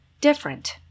different